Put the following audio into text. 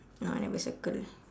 no I never circle